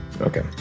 okay